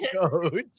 coach